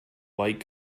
light